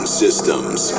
systems